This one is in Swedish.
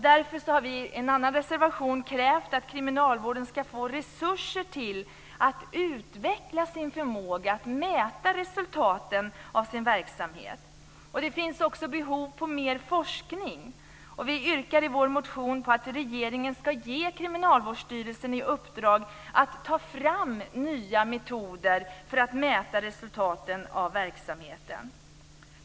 Därför har vi i en annan reservation krävt att kriminalvården ska få resurser till att utveckla sin förmåga att mäta resultaten av sin verksamhet. Det finns också behov av mer forskning. Vi yrkar i vår motion att regeringen ska ge Kriminalvårdsstyrelsen i uppdrag att ta fram nya metoder för att mäta resultaten av verksamheten.